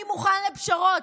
אני מוכן לפשרות.